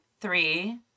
three